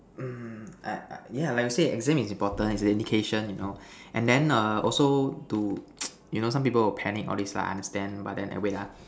uh yeah like you said exam is important is indication you know and then err also to you know some people will panic all this lah understand but then err wait ah